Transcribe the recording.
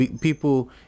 people